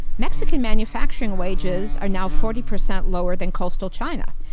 mexican manufacturing wages are now forty percent lower than coastal china.